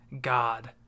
God